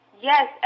Yes